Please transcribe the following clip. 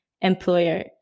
employer